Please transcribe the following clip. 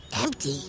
Empty